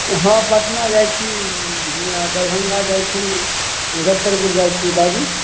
ओ हँ पटना जाइ छी दरभङ्गा जाइ छी मुजफ्फरपुर जाइ छी बाजू